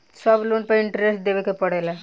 सब लोन पर इन्टरेस्ट देवे के पड़ेला?